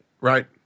Right